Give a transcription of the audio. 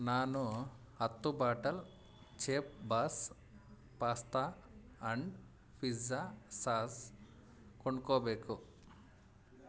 ನಾನು ಹತ್ತು bottle chef boss pasta and pizza sauce ಕೊಂಡ್ಕೊಬೇಕು